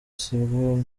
sibwo